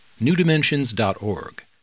newdimensions.org